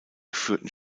geführten